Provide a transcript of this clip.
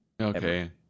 Okay